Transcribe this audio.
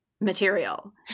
material